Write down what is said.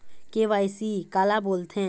KYC काला बोलथें?